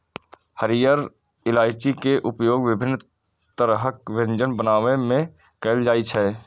हरियर इलायची के उपयोग विभिन्न तरहक व्यंजन बनाबै मे कैल जाइ छै